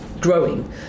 growing